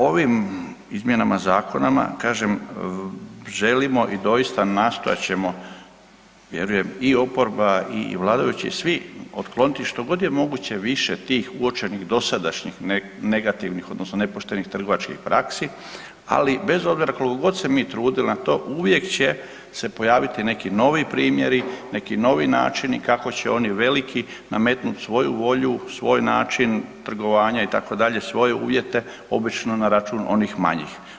Ovim izmjenama zakona kažem, želimo i doista nastojat ćemo vjerujem i oporba i vladajući, svi, otkloniti što god je moguće više tih uočenih dosadašnjih negativnih odnosno nepoštenih trgovačkih praksi ali bez obzira koliko god se mi trudili na to, uvijek će se pojaviti neki novi primjeri, neki novi načini kako će oni veliki nametnut svoju volju, svoj način trgovanja itd., svoje uvjete obično na račun onih manjih.